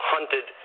Hunted